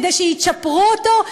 כדי שיצ'פרו אותו,